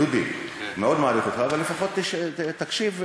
תבוא לתוצאה.